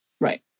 Right